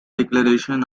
declaration